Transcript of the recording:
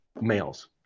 males